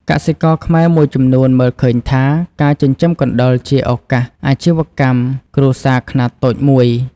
កសិករខ្មែរមួយចំនួនមើលឃើញថា ការចិញ្ចឹមកណ្តុរជាឱកាសអាជីវកម្មគ្រួសារខ្នាតតូចមួយ។